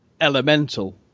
elemental